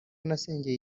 nasengeye